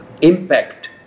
impact